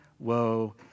Woe